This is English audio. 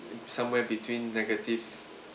somewhere between negative